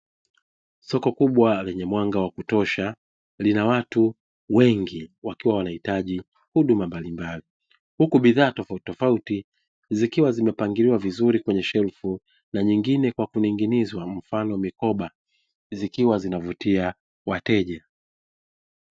Soko kubwa lenye mwanga wa kutosha, lina watu wengi wakiwa wanahitaji huduma mbalimbali. Huku bidhaa tofauti zikiwa zimepangiliwa vizuri kwenye shelfu na nyingine kwa kuning'inizwa mfano mikoba zikiwa zinavutia wateja.